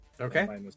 Okay